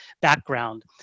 background